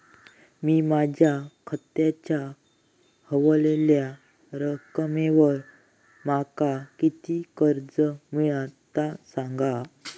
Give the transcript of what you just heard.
मी माझ्या खात्याच्या ऱ्हवलेल्या रकमेवर माका किती कर्ज मिळात ता सांगा?